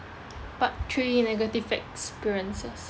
part three negative experiences